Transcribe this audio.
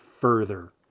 further